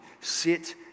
sit